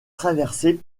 traversée